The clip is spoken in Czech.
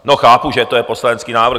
No, chápu, že to je poslanecký návrh.